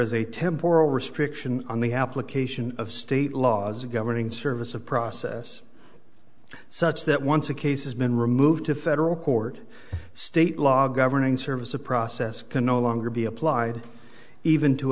is a temporal restriction on the application of state laws governing service of process such that once a case has been removed to federal court state law governing service a process can no longer be applied even t